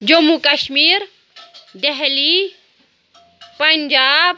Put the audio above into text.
Jammu Kashmir Delhi Punjab